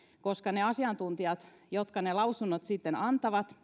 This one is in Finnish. kun ne asiantuntijat eri yliopistosairaaloista ne lausunnot sitten antavat